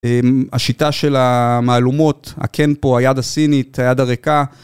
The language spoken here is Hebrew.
השיטה של המהלומות, הקנפו, היד הסינית, היד הריקה.